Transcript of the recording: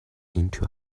into